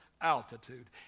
altitude